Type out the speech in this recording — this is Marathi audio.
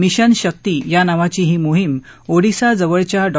मिशन शक्ती या नावाची ही मोहीम ओडीशा जवळच्या डॉ